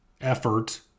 effort